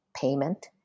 payment